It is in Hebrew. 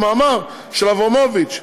על מאמר של אברמוביץ,